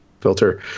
filter